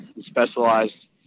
specialized